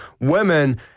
Women